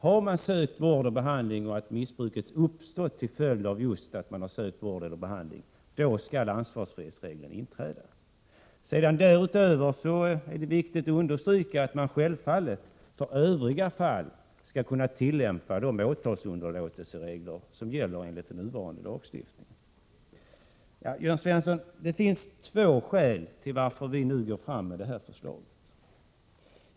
Har vederbörande sökt vård och behandling och missbruket uppdagats just till följd av att han har sökt vård och behandling, då skall alltså ansvarsfrihet inträda. Därutöver är det viktigt att understryka att man självfallet i övriga fall skall kunna tillämpa de regler för åtalsunderlå telse som gäller enligt den nuvarande lagstiftningen. Det finns, Jörn Svensson, två skäl till att vi nu lägger fram det här förslaget.